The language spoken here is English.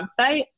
website